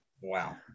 wow